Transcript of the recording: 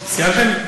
סיימתם?